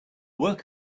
work